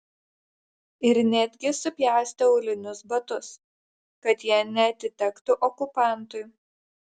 ir netgi supjaustė aulinius batus kad jie neatitektų okupantui